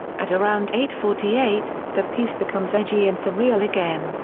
at around eight forty eight, the piece becomes edgy and surreal again,